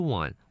one